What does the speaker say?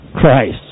Christ